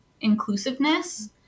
inclusiveness